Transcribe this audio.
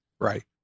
Right